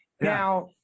Now